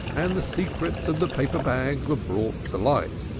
and the secrets of the paper bags were brought to light.